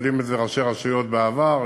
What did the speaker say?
יודעים את זה ראשי רשויות בעבר,